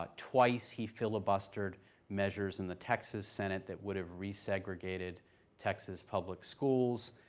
but twice he filibustered measures in the texas senate that would have re-segregated texas public schools.